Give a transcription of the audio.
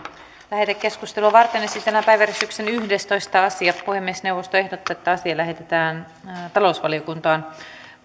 lähetekeskustelua varten esitellään päiväjärjestyksen yhdestoista asia puhemiesneuvosto ehdottaa että asia lähetetään talousvaliokuntaan